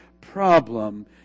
problem